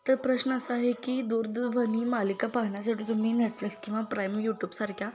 तर प्रश्न असं आहे की दूरध्वनी मालिका पाहण्यासाठी तुम्ही नेटफ्लिकस किंवा प्राइम यूट्यूबसारख्या